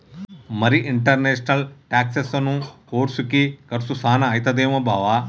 మరి ఇంటర్నేషనల్ టాక్సెసను కోర్సుకి కర్సు సాన అయితదేమో బావా